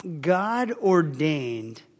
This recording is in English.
God-ordained